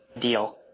deal